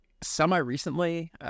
Semi-recently